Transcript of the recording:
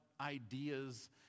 ideas